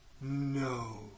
No